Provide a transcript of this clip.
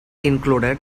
included